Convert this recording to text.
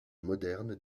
moderne